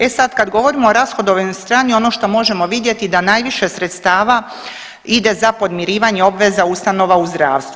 E sada kada govorimo o rashodovnoj strani ono što možemo vidjeti da najviše sredstava ide za podmirivanje obveza ustanova u zdravstvu.